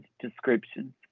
descriptions